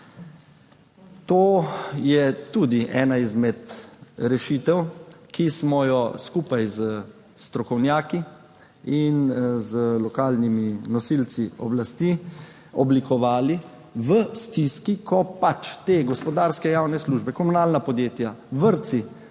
To je tudi ena izmed rešitev, ki smo jo skupaj s strokovnjaki in z lokalnimi nosilci oblasti oblikovali v stiski, ko se gospodarske javne službe, komunalna podjetja, vrtci